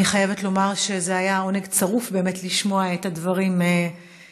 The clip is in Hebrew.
אני חייבת לומר שזה היה עונג צרוף באמת לשמוע את הדברים שלכם,